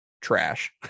trash